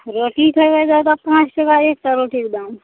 रोटी खेबय तऽ पाँच टाका एकटा रोटीके दाम